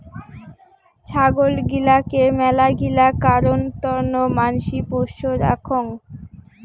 ছাগল গিলাকে মেলাগিলা কারণ তন্ন মানসি পোষ্য রাখঙ